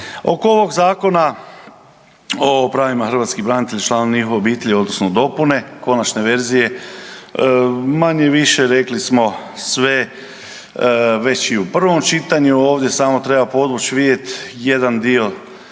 Oko ovog zakona o pravima hrvatskih branitelja i članovima njihovih obitelji odnosno dopune konačne verzije manje-više rekli smo sve već i u prvom čitanju, ovdje samo treba podvuć vidje jedan dio,